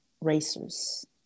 racers